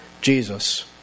Jesus